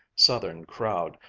southern crowd,